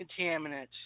contaminants